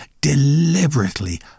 deliberately